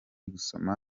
gusoma